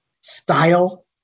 style